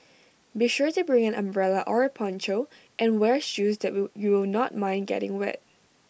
be sure to bring an umbrella or A poncho and wear shoes that will you will not mind getting wet